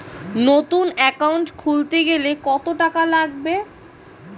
নতুন একাউন্ট খুলতে গেলে কত টাকা লাগবে?